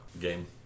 game